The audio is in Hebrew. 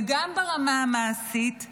וגם ברמה המעשית,